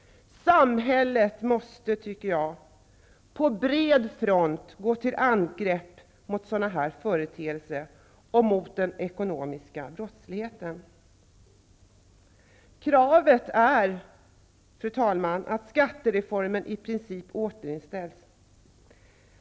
Samhället måste enligt min mening på bred front gå till angrepp mot sådana företeelser och mot den ekonomiska brottsligheten. Fru talman! Kravet är att skattereformen i princip återställs.